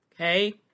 Okay